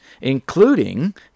including